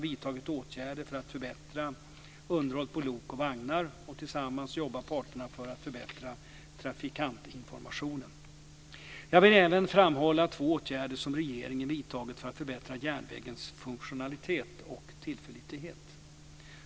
Jag vill även framhålla två åtgärder som regeringen vidtagit för att förbättra järnvägens funktionalitet och tillförlitlighet.